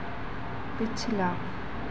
पिछला